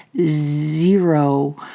zero